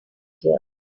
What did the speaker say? here